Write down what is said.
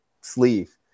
sleeve